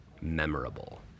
memorable